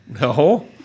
No